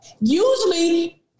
usually